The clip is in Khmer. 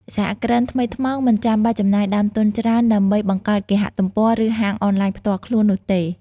សហគ្រិនថ្មីថ្មោងមិនចាំបាច់ចំណាយដើមទុនច្រើនដើម្បីបង្កើតគេហទំព័រ ឬហាងអនឡាញផ្ទាល់ខ្លួននោះទេ។